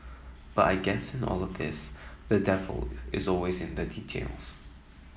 but I guess in all the this the devil is always in the details